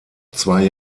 zwei